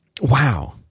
Wow